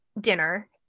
dinner